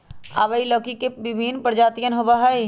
ivy लौकी के विभिन्न प्रजातियन होबा हई